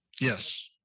Yes